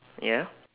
ya